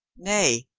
nay,